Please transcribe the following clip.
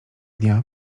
dnia